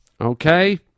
okay